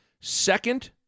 Second